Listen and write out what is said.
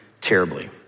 terribly